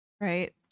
right